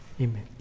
amen